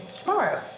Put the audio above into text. Tomorrow